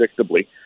predictably